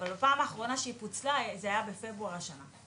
אבל בפעם האחרונה שהיא פוצלה זה היה בפברואר השנה.